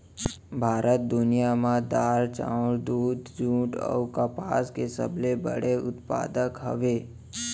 भारत दुनिया मा दार, चाउर, दूध, जुट अऊ कपास के सबसे बड़े उत्पादक हवे